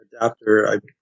adapter